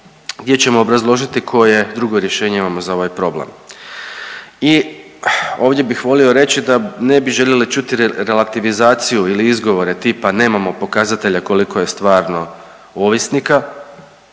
gdje ćemo obrazložiti koje drugo rješenje imamo za ovaj problem. I ovdje bih volio reći da ne bi željeli čuti relativizaciju ili izgovore tipa nemamo pokazatelja koliko je stvarno ovisnika.